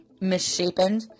misshapen